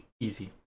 easy